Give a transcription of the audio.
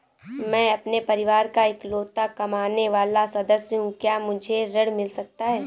मैं अपने परिवार का इकलौता कमाने वाला सदस्य हूँ क्या मुझे ऋण मिल सकता है?